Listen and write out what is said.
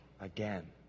again